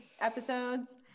episodes